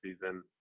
season